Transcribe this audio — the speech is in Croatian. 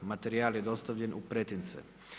Materijal je dostavljen u pretince.